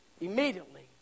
Immediately